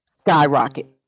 skyrocket